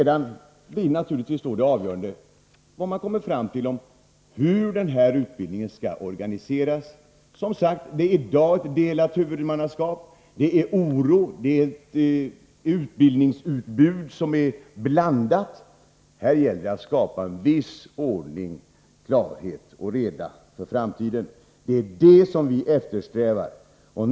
Det avgörande blir vad man kommer fram till när det gäller hur denna utbildning skall organiseras. Det är i dag ett dubbelt huvudmannaskap. Det råder oro. Utbildningsutbudet är blandat. Här gäller det att skapa en viss ordning, klarhet och reda för framtiden. Detta eftersträvar vi.